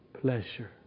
pleasure